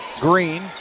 Green